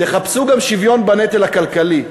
תחפשו גם שוויון בנטל הכלכלי.